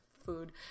food